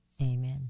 Amen